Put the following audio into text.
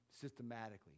systematically